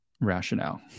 rationale